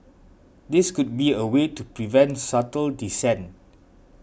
this could be a way to prevent subtle dissent